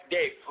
Dave